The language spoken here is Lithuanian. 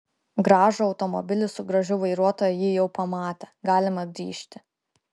gražų automobilį su gražiu vairuotoju ji jau pamatė galima grįžti